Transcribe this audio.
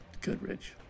Goodrich